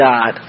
God